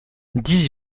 dix